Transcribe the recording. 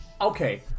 Okay